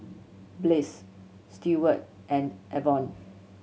Bliss Steward and Evon